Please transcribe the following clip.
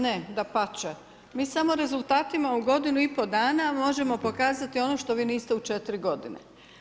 Ne, dapače, mi samo rezultatima u godinu i pol dana možemo pokazati ono što vi niste u 4 godine.